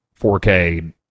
4k